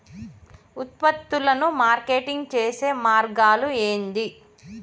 ఉత్పత్తులను మార్కెటింగ్ చేసే మార్గాలు ఏంది?